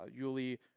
Yuli